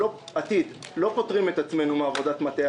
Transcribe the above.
עתיד אנחנו לא פוטרים את עצמנו מעבודת מטה.